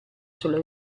sulla